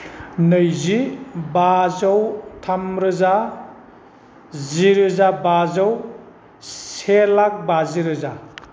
नैजि बाजौ थाम रोजा जिरोजा बाजौ से लाखा बाजि रोजा